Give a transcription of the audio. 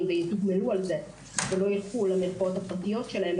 ויתוגמלו על זה ולא ילכו למרפאות הפרטיות שלהם.